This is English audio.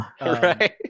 Right